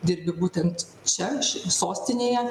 dirbi būtent čia sostinėje